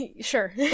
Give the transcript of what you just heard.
sure